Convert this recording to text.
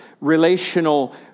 relational